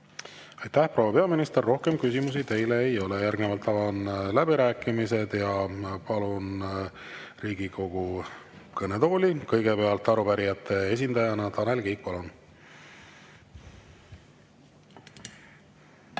Aitäh, proua peaminister! Rohkem küsimusi teile ei ole. Järgnevalt avan läbirääkimised ja palun Riigikogu kõnetooli kõigepealt arupärijate esindaja Tanel Kiige.